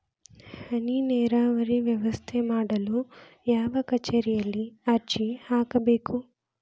ಹನಿ ನೇರಾವರಿ ವ್ಯವಸ್ಥೆ ಮಾಡಲು ಯಾವ ಕಚೇರಿಯಲ್ಲಿ ಅರ್ಜಿ ಹಾಕಬೇಕು?